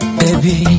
baby